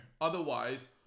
Otherwise